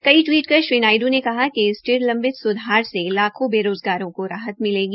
कई टवीट कर श्री नायड् ने कहा कि इस लिए लम्बित सुधार से लाखों बेरोज़गारों को राहत मिलेगी